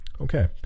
okay